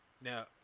Now